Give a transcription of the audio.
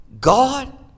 God